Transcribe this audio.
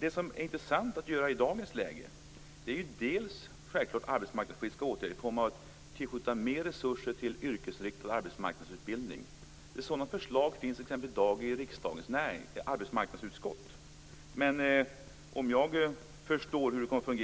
Det som är intressant i dagens läge är självklart bl.a. arbetsmarknadspolitiska åtgärder som att tillskjuta mer resurser till yrkesinriktad arbetsmarknadsutbildning. Sådana förslag finns t.ex. i dag i riksdagens arbetsmarknadsutskott. Men om jag förstår saken rätt kommer